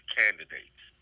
candidates